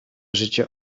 życie